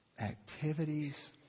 activities